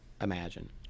imagine